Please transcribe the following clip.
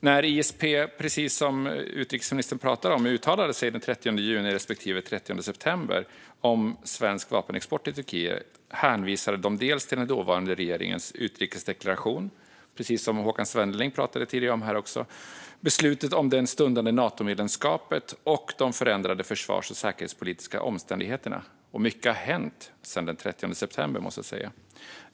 När ISP uttalade sig den 30 juni respektive den 30 september om svensk vapenexport till Turkiet hänvisade de dels till den dåvarande regeringens utrikesdeklaration och dels, som Håkan Svenneling pratade om här tidigare, beslutet om det stundande Natomedlemskapet och de förändrade försvars och säkerhetspolitiska omständigheterna. Mycket har hänt sedan den 30 september, måste jag säga.